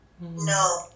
No